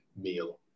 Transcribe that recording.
meal